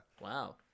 Wow